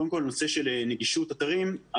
קודם כל נושא של נגישות אתרים.